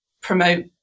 promote